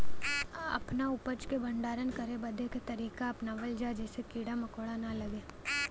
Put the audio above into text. अपना उपज क भंडारन करे बदे का तरीका अपनावल जा जेसे कीड़ा मकोड़ा न लगें?